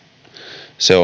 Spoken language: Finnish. se